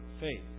faith